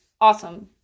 Awesome